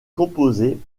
composée